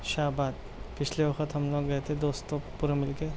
شاہ آباد پچھلے وقت ہم لوگ گئے تھے دوستو پورا مل کے